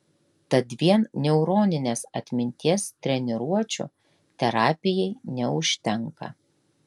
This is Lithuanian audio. tad vien neuroninės atminties treniruočių terapijai neužtenka